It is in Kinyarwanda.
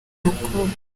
mukobwa